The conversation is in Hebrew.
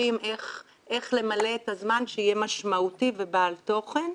יודעים איך למלא את הזמן שיהיה משמעותי ובעל תוכן.